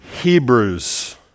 Hebrews